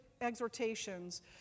exhortations